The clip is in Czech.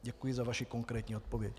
Děkuji za vaši konkrétní odpověď.